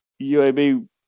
UAB